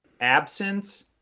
absence